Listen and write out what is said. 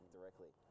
Directly